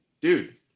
dude